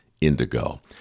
indigo